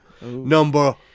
Number